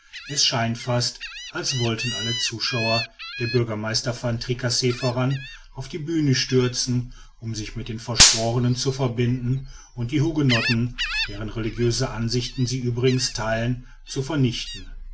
es scheint fast als wollten alle zuschauer der bürgermeister van tricasse voran auf die bühne stürzen um sich mit den verschworenen zu verbinden und die hugenotten deren religiöse ansichten sie übrigens theilen zu vernichten